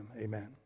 amen